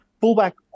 fullback